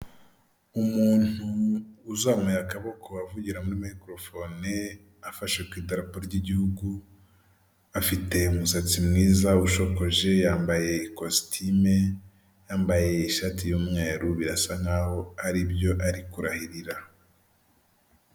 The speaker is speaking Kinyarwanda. Umuntu uzamuye akaboko avugiramo mayikorofone, afashe ku idarapo ry'igihugu, afite umusatsi mwiza ushokoje yambaye ikositimu, yambaye ishati y'umweru birasa nkaho hari ibyo ari kurahirira.